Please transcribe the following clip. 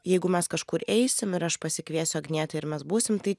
jeigu mes kažkur eisim ir aš pasikviesiu agnietę ir mes būsim tai